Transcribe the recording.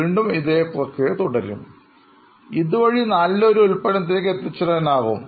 വീണ്ടും ഇതേ പ്രക്രിയ തുടരും ഇതുവഴി നല്ലൊരു ഉൽപന്നത്തിലേക്ക് എത്തിച്ചേരാനാകും